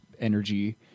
energy